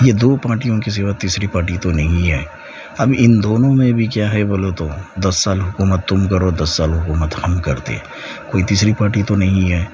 یہ دو پارٹیوں کے سوا تیسری پارٹی تو نہیں ہے اب ان دونوں میں بھی کیا ہے بولے تو دس سال حکومت تم کرو دس سال حکومت ہم کرتے ہیں کوئی تیسری پارٹی تو نہیں ہے